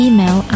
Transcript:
Email